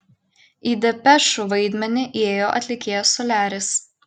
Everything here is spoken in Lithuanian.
į depešų vaidmenį įėjo atlikėjas soliaris